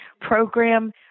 program